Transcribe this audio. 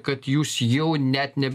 kad jūs jau net ne